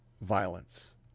violence